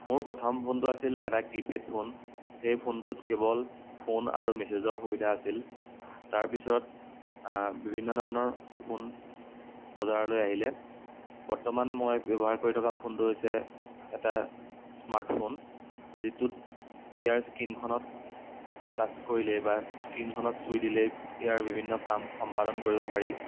মোৰ প্ৰথম ফোনটো আছিল এটা কিপেড ফোন সেই ফোনটোত কেৱল ফোন আৰু মেছেজৰ সুবিধা আছিল তাৰপিছত বিভিন্ন ধৰণৰ ফোন বজাৰলৈ আহিলে বৰ্তমান মই ব্যৱহাৰ কৰি থকা ফোনটো হৈছে এটা স্মাৰ্টফোন যিটোত ইয়াৰ স্কিনখনত টাচ কৰিলে বা স্কিনখনত চুই দিলেই ইয়াৰ বিভিন্ন কাম সম্পাদন কৰিব পাৰি